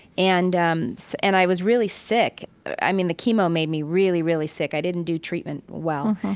and um so and i was really sick. i mean, the chemo made me really, really sick. i didn't do treatment well.